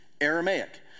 Aramaic